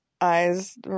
eyes